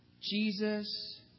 Jesus